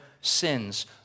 sins